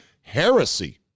heresy